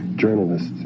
journalists